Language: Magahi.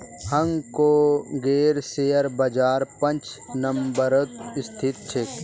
हांग कांगेर शेयर बाजार पांच नम्बरत स्थित छेक